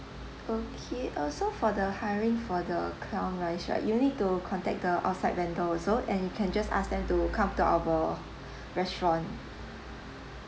okay uh so for the hiring for the clown wise right you need to contact the offsite vendor also and you can just ask them to come to our restaurant